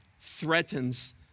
threatens